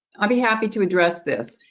i'll be happy to address this.